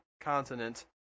continent